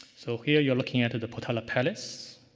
so, here you're looking at at the potala palace.